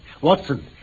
Watson